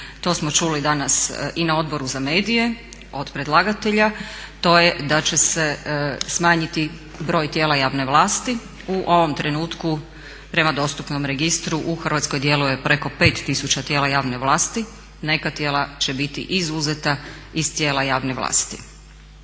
to smo čuli danas i na Odboru za medije od predlagatelja, to je da će se smanjiti broj tijela javne vlasti. U ovom trenutku prema dostupnom registru u Hrvatskoj djeluje preko 5 tisuća tijela javne vlasti, neka tijela će biti izuzeta iz tijela javne vlasti.